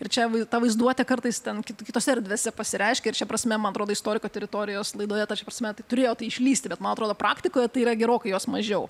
ir čia ta vaizduotė kartais ten kitose erdvėse pasireiškia ir šia prasme man atrodo istoriko teritorijos laidoje ta šia prasme turėjo tai išlįsti bet man atrodo praktikoje tai yra gerokai jos mažiau